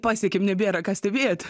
pasiekėm nebėra ką stebėti